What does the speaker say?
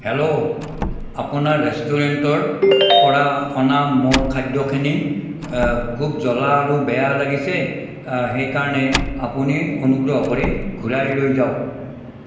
hello আপোনাৰ ৰেষ্টুৰেন্টৰ পৰা অনা মোৰ খাদ্যখিনি খুব জ্বলা আৰু বেয়া লাগিছে সেইকাৰণে আপুনি অনুগ্ৰহ কৰি ঘূৰাই লৈ যাওঁক